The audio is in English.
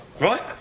right